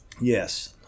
Yes